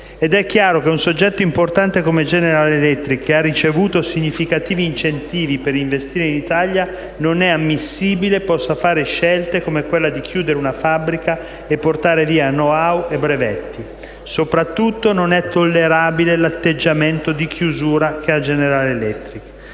ammissibile che un soggetto importante come General Electric, che ha ricevuto significativi incentivi per investire in Italia, possa fare scelte come quella di chiudere una fabbrica e portare via *know how* e brevetti, ma soprattutto non è tollerabile l'atteggiamento di chiusura che mostra General Electric.